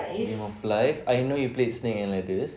game of life I know you played snake and ladders